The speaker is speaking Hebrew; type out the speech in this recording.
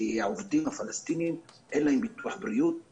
כי לעובדים הפלסטינים אין ביטוח בריאות